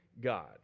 God